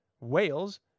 whales